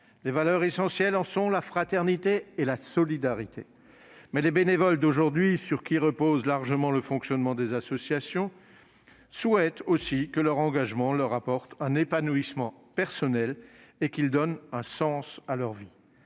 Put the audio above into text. Les valeurs essentielles en sont la fraternité et la solidarité. Mais les bénévoles d'aujourd'hui, sur qui repose largement le fonctionnement des associations, souhaitent aussi que leur engagement leur apporte un épanouissement personnel et qu'il donne un sens à leur vie.